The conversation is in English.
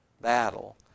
battle